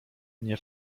nie